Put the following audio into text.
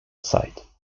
site